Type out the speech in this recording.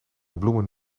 bloemen